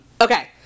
Okay